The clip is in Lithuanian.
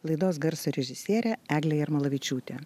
laidos garso režisierė eglė jarmolavičiūtė